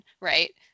right